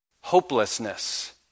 hopelessness